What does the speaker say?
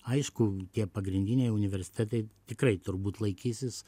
aišku tie pagrindiniai universitetai tikrai turbūt laikysis